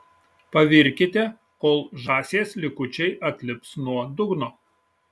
pavirkite kol žąsies likučiai atlips nuo dugno